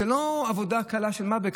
זו לא עבודה קלה, של מה בכך.